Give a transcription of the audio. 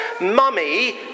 Mummy